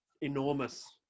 enormous